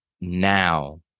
now